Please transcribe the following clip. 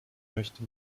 möchte